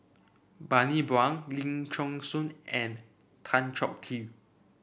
Bani Buang Ling Geok Choon and Tan Choh Tee